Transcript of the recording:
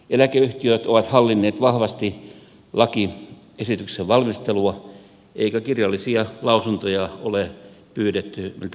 eläkeyhtiöt ovat hallinneet vahvasti lakiesityksen valmistelua eikä kirjallisia lausuntoja ole pyydetty miltään tahoilta